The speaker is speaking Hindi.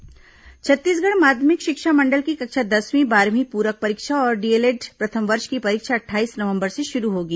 पूरक परीक्षा छत्तीसगढ़ माध्यमिक शिक्षा मंडल की कक्षा दसवीं बारहवीं पूरक परीक्षा और डीएलएड प्रथम वर्ष की परीक्षा अट्ठाईस नवंबर से शुरू होगी